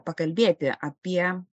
pakalbėti apie